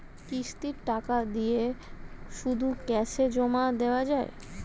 কিস্তির টাকা দিয়ে শুধু ক্যাসে জমা দেওয়া যায়?